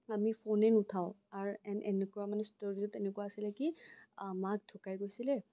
আমি ফোনেই নুঠাওঁ আৰু এনেকুৱা মানে ষ্টৰীটোত এনেকুৱা আছিলে মানে কি মাক ঢুকাই গৈছিলে